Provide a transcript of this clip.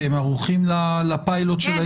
כי הם ערוכים לפיילוט של האס.אמ.אסים.